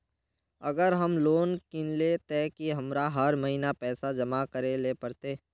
अगर हम लोन किनले ते की हमरा हर महीना पैसा जमा करे ले पड़ते?